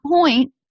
point